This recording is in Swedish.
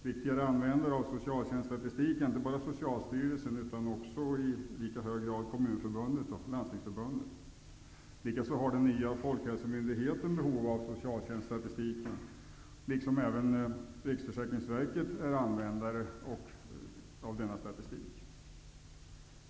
Viktiga användare av socialtjänststatistik är inte bara Socialstyrelsen utan i lika hög grad Likaså har den nya folkhälsomyndigheten behov av socialtjänststatistiken, liksom även Riksförsäkringsverket är användare av denna statistik.